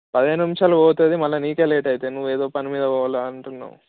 పదిహేను నిమిషాలు పోతుంది మళ్ళా నీకే లేట్ అవుతుంది నువ్వేదో పని మీద పోవాలి అంటున్నావు